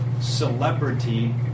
celebrity